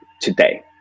today